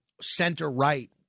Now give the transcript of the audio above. center-right